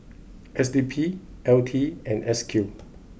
S D P L T and S Q